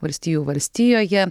valstijų valstijoje